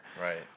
Right